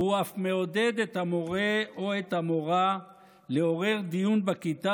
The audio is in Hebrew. והוא אף מעודד את המוֹרֶה או את המוֹרָה לעורר דיון בכיתה,